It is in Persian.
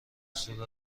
اصول